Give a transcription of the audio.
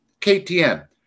KTM